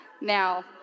now